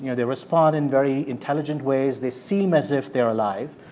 you know they respond in very intelligent ways. they seem as if they're alive.